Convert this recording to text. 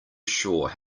sure